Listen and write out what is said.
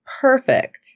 perfect